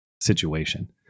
situation